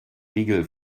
riegel